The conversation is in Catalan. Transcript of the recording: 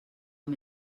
amb